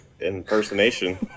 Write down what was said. impersonation